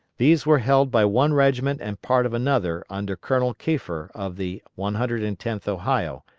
these were held by one regiment, and part of another under colonel keifer of the one hundred and tenth ohio,